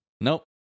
nope